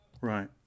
right